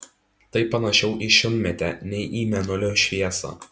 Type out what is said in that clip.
tai panašiau į šunmėtę nei į mėnulio šviesą